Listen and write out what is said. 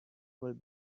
would